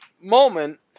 moment